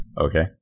Okay